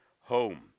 home